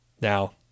Now